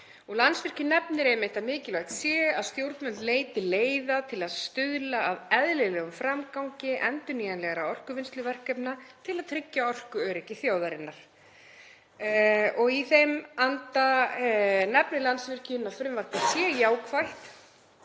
Landsvirkjun nefnir einmitt að mikilvægt sé að stjórnvöld leiti leiða til að stuðla að eðlilegum framgangi endurnýjanlegra orkuvinnsluverkefna til að tryggja orkuöryggi þjóðarinnar. Í þeim anda nefnir Landsvirkjun að frumvarpið sé jákvætt